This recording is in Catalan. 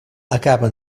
acaba